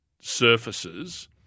surfaces